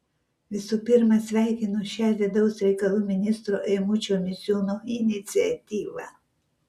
visų pirma sveikinu šią vidaus reikalų ministro eimučio misiūno iniciatyvą